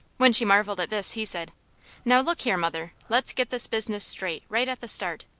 when she marvelled at this he said now, look here, mother, let's get this business straight, right at the start.